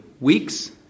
Weeks